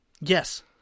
Yes